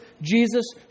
Jesus